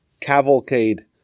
cavalcade